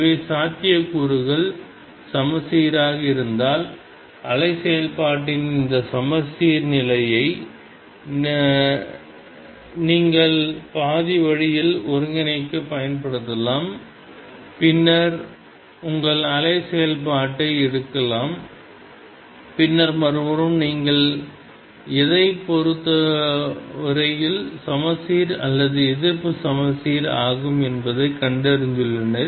எனவே சாத்தியக்கூறுகள் சமச்சீராக இருந்தால் அலை செயல்பாட்டின் இந்த சமச்சீர்நிலையை நீங்கள் பாதி வழியில் ஒருங்கிணைக்க பயன்படுத்தலாம் பின்னர் உங்கள் அலை செயல்பாட்டை எடுக்கலாம் பின்னர் மறுபுறம் நீங்கள் எதைப் பொறுத்தவரையில் சமச்சீர் அல்லது எதிர்ப்பு சமச்சீர் ஆகும் என்பதை கண்டறிந்துள்ளனர்